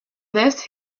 this